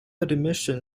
admission